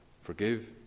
forgive